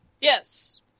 Yes